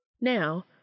Now